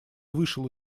вышел